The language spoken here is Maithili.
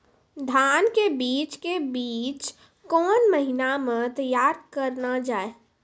धान के बीज के बीच कौन महीना मैं तैयार करना जाए?